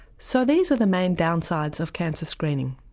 so these are the main downsides of cancer screening.